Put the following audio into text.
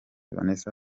vanessa